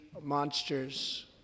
monsters